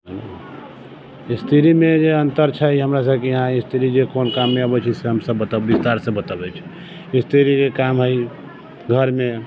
स्त्रीमे जे अन्तर छै हमरा सबके यहाँ स्त्री जे कोन काममे अबै छै से हमसब बतबै विस्तारसँ बताबै छी स्त्रीके काम हइ घरमे